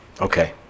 okay